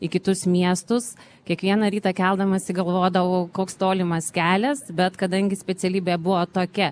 į kitus miestus kiekvieną rytą keldamasi galvodavau koks tolimas kelias bet kadangi specialybė buvo tokia